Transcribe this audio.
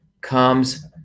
comes